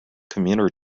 commuter